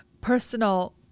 personal